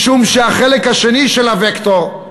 משום שהחלק השני של הווקטור,